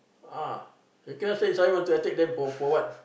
ah they cannot say suddenly want to attack them for for for what